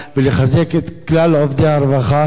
ולחזק את כלל עובדי הרווחה,